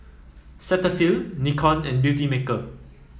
Cetaphil Nikon and Beautymaker